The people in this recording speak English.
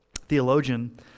theologian